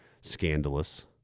scandalous